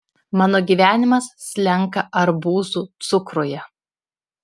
mano gyvenimas slenka arbūzų cukruje